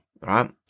right